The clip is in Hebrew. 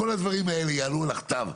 כל הדברים האלה יעלו לכתב,